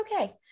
okay